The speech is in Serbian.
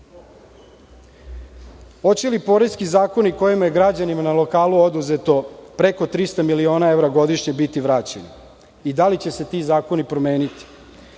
Hoće li poreski zakoni, kojima je građanima na lokalu oduzeto preko 300 miliona godišnje, biti vraćeni, i da li će se ti zakoni promeniti? Da